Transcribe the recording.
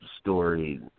story